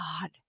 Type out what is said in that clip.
god